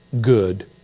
good